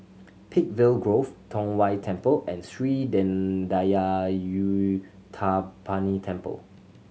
Peakville Grove Tong Whye Temple and Sri Thendayuthapani Temple